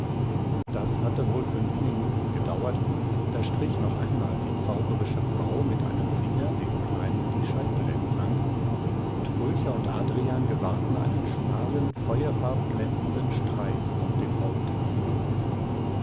das hatte wohl fünf minuten gedauert da strich noch einmal die zauberische frau mit einem finger dem kleinen die scheitel entlang und pulcher und adrian gewahrten einen schmalen feuerfarb glänzenden streif auf dem haupte